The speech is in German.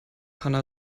hanna